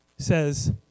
says